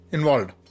Involved